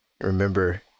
remember